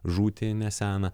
žūtį neseną